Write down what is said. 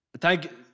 Thank